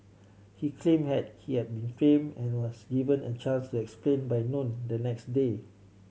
he claim had he had been and was given a chance to explain by noon the next day